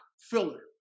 filler